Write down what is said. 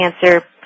cancer